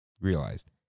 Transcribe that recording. realized